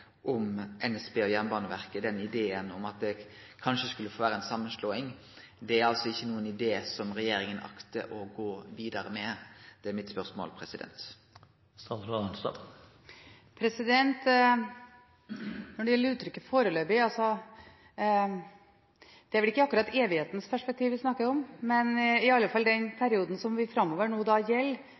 om NSB og Jernbaneverket – den ideen om at det kanskje skulle bli ei samanslåing – er det ein idé som regjeringa aktar å gå vidare med? Det er mitt spørsmål. Når det gjelder uttrykket «foreløpig», er det vel ikke akkurat evighetens perspektiv vi snakker om, men i alle fall om den perioden som